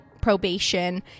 probation